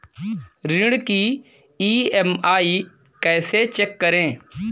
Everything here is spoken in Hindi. ऋण की ई.एम.आई कैसे चेक करें?